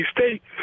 State